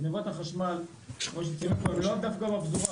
גניבות החשמל כמו שציינו פה הן לא דווקא בפזורה,